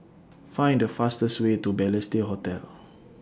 Find The fastest Way to Balestier Hotel